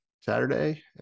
saturday